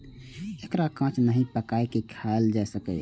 एकरा कांच नहि, पकाइये के खायल जा सकैए